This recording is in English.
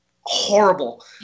horrible